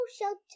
shelter